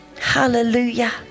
Hallelujah